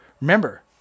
Remember